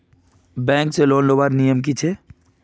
Bank से loan लुबार नियम की छे?